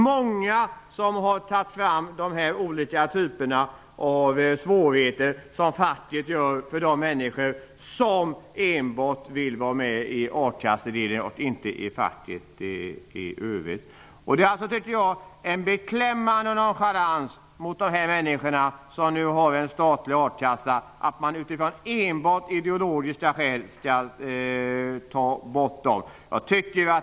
Många har pekat på det som facket gör för att försvåra för de människor som enbart vill vara med i a-kassan och inte i facket. Man visar en beklämmande nonchalans gentemot de människor som nu har en statlig a-kassa när man enbart utifrån ideologiska skäl tar bort denna.